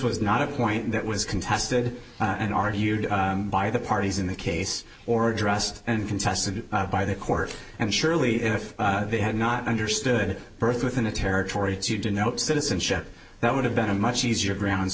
was not a point that was contested and argued by the parties in the case or addressed and contested by the court and surely if they had not understood birth within a territory to denote citizenship that would have been a much easier grounds